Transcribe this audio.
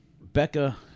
Becca